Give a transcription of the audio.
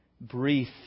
brief